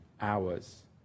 hours